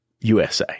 USA